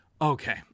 okay